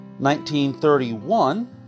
1931